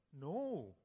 no